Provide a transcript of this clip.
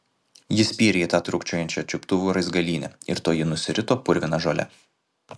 ji spyrė į tą trūkčiojančią čiuptuvų raizgalynę ir toji nusirito purvina žole